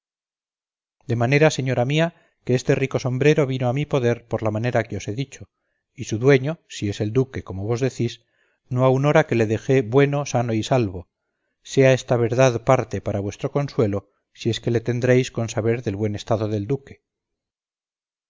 de manera señora mía que este rico sombrero vino a mi poder por la manera que os he dicho y su dueño si es el duque como vos decís no ha una hora que le dejé bueno sano y salvo sea esta verdad parte para vuestro consuelo si es que le tendréis con saber del buen estado del duque